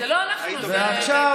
זה לא שאילתה, זו הצעה לסדר-היום.